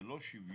זה לא שוויון,